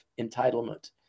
entitlement